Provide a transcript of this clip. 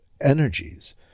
energies